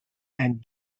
and